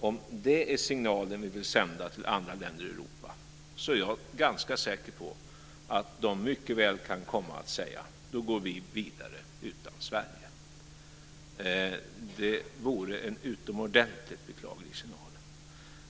Om det är den signal som vi vill sända till andra länder i Europa så är jag ganska säker på att de mycket väl kan komma att säga: Då går vi vidare utan Sverige. Det vore en utomordentligt beklaglig signal.